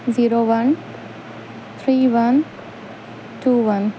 zero one three one two one